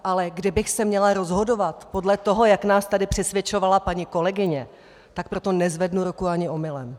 Ale kdybych se měla rozhodovat podle toho, jak nás tady přesvědčovala paní kolegyně, tak pro to nezvednu ruku ani omylem.